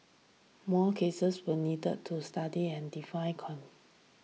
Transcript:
more cases will need to studied and define con